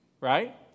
right